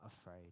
afraid